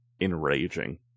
enraging